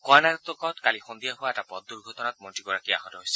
কৰ্ণাটকত কালি সন্ধিয়া হোৱা এটা পথ দুৰ্ঘটনাত মন্ত্ৰীগৰাকী আহত হৈছিল